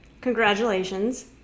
Congratulations